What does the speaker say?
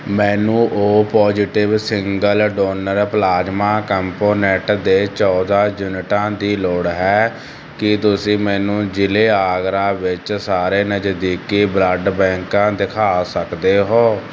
ਮੈਨੂੰ O positive single donor plasma component ਦੇ ਚੌਦਾਂ ਯੂਨਿਟਾਂ ਦੀ ਲੋੜ ਹੈ ਕੀ ਤੁਸੀਂ ਮੈਨੂੰ ਜ਼ਿਲ੍ਹੇ ਆਗਰਾ ਵਿੱਚ ਸਾਰੇ ਨਜ਼ਦੀਕੀ ਬਲੱਡ ਬੈਂਕਾਂ ਦਿਖਾ ਸਕਦੇ ਹੋ